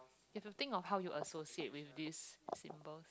if you think of how you associate with these symbols